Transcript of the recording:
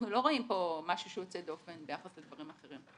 אנחנו לא רואים פה משהו שהוא יוצא דופן ביחס לדברים אחרים.